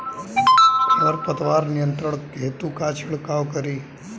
खर पतवार नियंत्रण हेतु का छिड़काव करी?